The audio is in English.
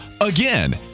again